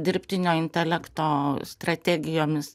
dirbtinio intelekto strategijomis